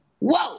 whoa